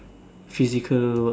physical work